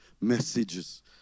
messages